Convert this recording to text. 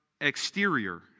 exterior